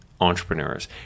entrepreneurs